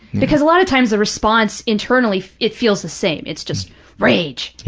because a lot of times the response internally, it feels the same. it's just rage.